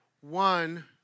One